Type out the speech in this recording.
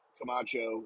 Camacho